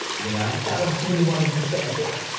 you know? that was what you wanted to stand for?